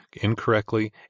incorrectly